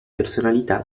personalità